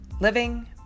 living